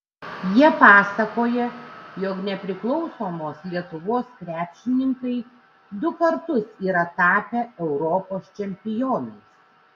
jie pasakoja jog nepriklausomos lietuvos krepšininkai du kartus yra tapę europos čempionais